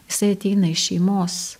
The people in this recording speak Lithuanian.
jisai ateina iš šeimos